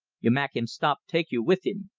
you mak' him stop take you with him.